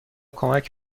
کمک